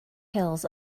hills